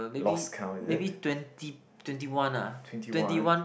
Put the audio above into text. lost count is it twenty one